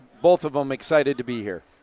both of them excited to be here.